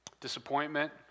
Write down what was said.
disappointment